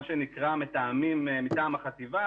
מה שנקרא, מתאמים מטעם החטיבה.